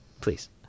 please